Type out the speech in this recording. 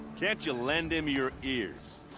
can't you lend him your ears?